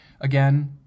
Again